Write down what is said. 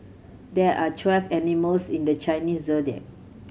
there are twelve animals in the Chinese Zodiac